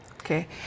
Okay